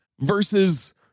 versus